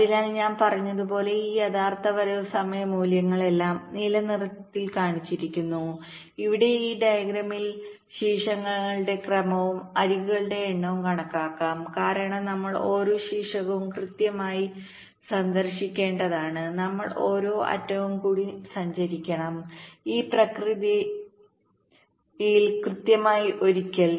അതിനാൽ ഞാൻ പറഞ്ഞതുപോലെ ഈ യഥാർത്ഥ വരവ് സമയ മൂല്യങ്ങളെല്ലാം നീല നിറത്തിൽ കാണിച്ചിരിക്കുന്നു ഇവിടെ ഈ ഡയഗ്രാമിൽ ശീർഷങ്ങളുടെ ക്രമവും അരികുകളുടെ എണ്ണവും കണക്കാക്കാം കാരണം നമ്മൾ ഓരോ ശീർഷകവും കൃത്യമായി സന്ദർശിക്കേണ്ടതാണ് നമ്മൾ ഓരോ അറ്റവും കൂടി സഞ്ചരിക്കണം ഈ പ്രക്രിയയിൽ കൃത്യമായി ഒരിക്കൽ